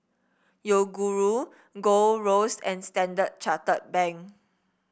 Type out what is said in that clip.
Yoguru Gold Roast and Standard Chartered Bank